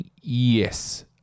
yes